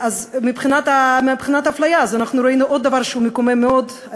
מבחינת האפליה ראינו עוד דבר מקומם מאוד,